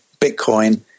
Bitcoin